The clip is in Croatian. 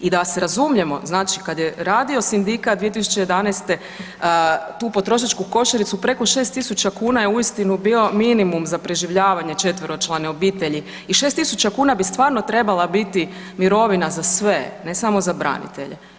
I da se razumijemo, znači kad je radio sindikat 2011. tu potrošačku košaricu, preko 6000 kn je uistinu bio minimum za preživljavanje četveročlane obitelji i 6000 kn bi stvarno trebala biti mirovina za sve, ne samo za branitelje.